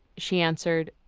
she answered,